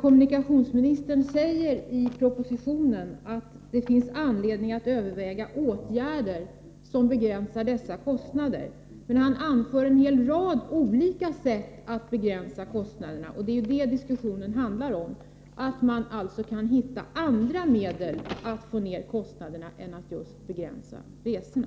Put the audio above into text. Kommunikationsministern säger i propositionen att det finns anledning att överväga åtgärder som begränsar dessa kostnader, men han anför en hel rad olika sätt att begränsa kostnaderna, och det är det diskussionen handlar om. Man kan alltså hitta andra medel att få ner kostnaderna än att just begränsa resorna.